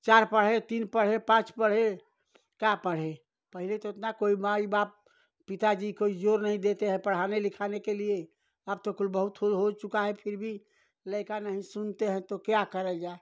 चार पढ़े तीन पढ़े पाँच पढ़े क्या पढ़े पहले तो उतना कोई माई बाप पिताजी कोई जोर नहीं देते हैं पढ़ाने लिखाने के लिए अब तो कुल बहुत हो हो चुका है फिर भी लड़के नहीं सुनते हैं तो क्या किया जाए